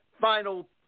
final